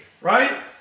Right